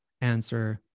answer